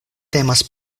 temas